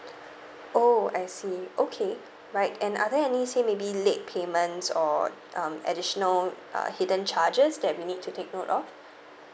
oh I see okay right and are there any say maybe late payments or um additional uh hidden charges that we need to take note of